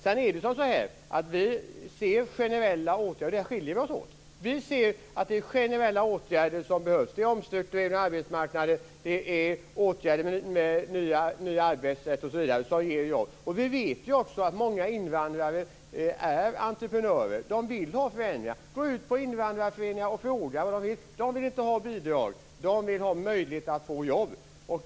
Sedan är det så, och där skiljer vi oss åt, att vi ser att det är generella åtgärder som behövs. Det är omstruktureringar av arbetsmarknaden och åtgärder som en ny arbetsrätt osv. som ger jobb. Vi vet också att många invandrare är entreprenörer. De vill ha förändringar. Gå ut på invandrarföreningar och fråga vad de vill. De vill inte ha bidrag. De vill ha möjlighet att få jobb.